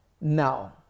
Now